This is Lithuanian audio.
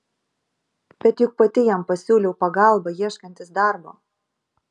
bet juk pati jam pasiūliau pagalbą ieškantis darbo